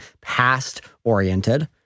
past-oriented